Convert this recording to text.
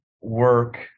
work